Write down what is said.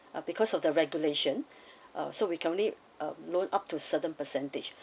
ah because of the regulation ah so we can only ah loan up to certain percentage